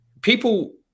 people